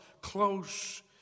close